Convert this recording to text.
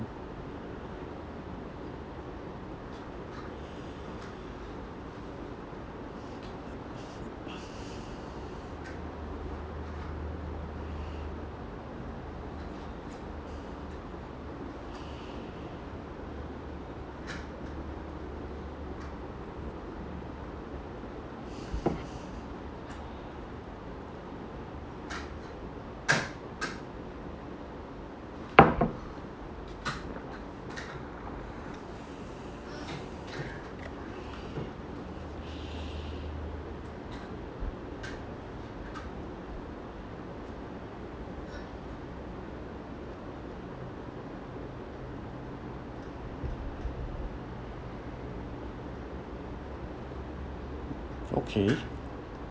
okay